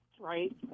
right